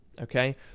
okay